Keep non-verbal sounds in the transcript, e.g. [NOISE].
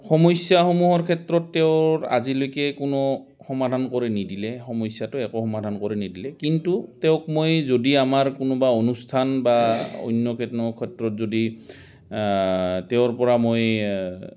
সমস্যাসমূহৰ ক্ষেত্ৰত তেওঁৰ আজিলৈকে কোনো সমাধান কৰি নিদিলে সমস্যাটো একো সমাধান কৰি নিদিলে কিন্তু তেওঁক মই যদি আমাৰ কোনোবা অনুষ্ঠান বা অন্য [UNINTELLIGIBLE] ক্ষেত্ৰত যদি তেওঁৰ পৰা মই